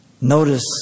Notice